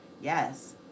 yes